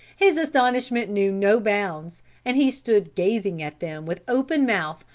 his astonishment knew no bounds and he stood gazing at them with open mouth,